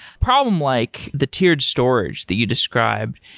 problem like the tiered storage that you described,